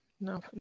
no